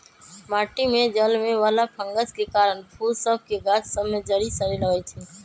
माटि में जलमे वला फंगस के कारन फूल सभ के गाछ सभ में जरी सरे लगइ छै